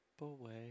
away